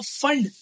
fund